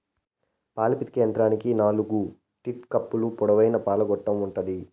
పాలు పితికే యంత్రానికి నాలుకు టీట్ కప్పులు, పొడవైన పాల గొట్టం ఉంటాది